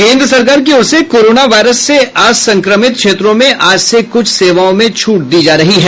केंद्र सरकार की ओर से कोरोना वायरस से असंक्रमित क्षेत्रों में आज से कुछ सेवाओं में छूट दी जा रही है